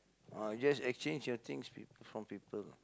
ah just exchange your things from from people